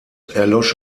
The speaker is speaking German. erlosch